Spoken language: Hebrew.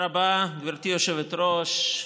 תודה רבה, גברתי היושבת-ראש.